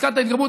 פסקת התגברות,